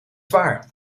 zwaar